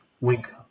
Wink